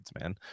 man